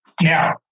now